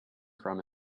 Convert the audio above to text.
from